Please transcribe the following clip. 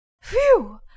Phew